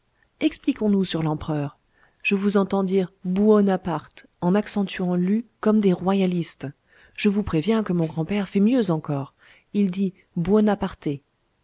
expliquons-nous sur l'empereur je vous entends dire buonaparte en accentuant l'u comme des royalistes je vous préviens que mon grand-père fait mieux encore il dit